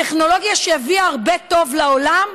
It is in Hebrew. טכנולוגיה שהביאה הרבה טוב לעולם,